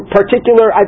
particular